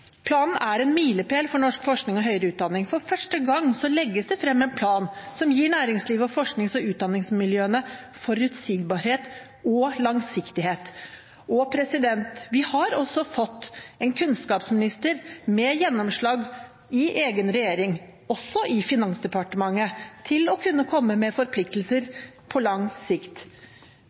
planen. Planen er en milepæl for norsk forskning og høyere utdanning. For første gang legges det frem en plan som gir næringslivet og forsknings- og utdanningsmiljøene forutsigbarhet og langsiktighet. Vi har også fått en kunnskapsminister med gjennomslag i egen regjering – også i Finansdepartementet – til å kunne komme med forpliktelser på lang sikt.